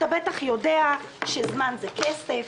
אתה בטח יודע שזמן הוא כסף.